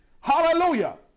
Hallelujah